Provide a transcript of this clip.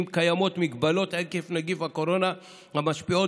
אם קיימות הגבלות עקב נגיף הקורונה המשפיעות